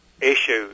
issues